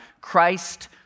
Christ